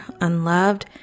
unloved